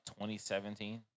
2017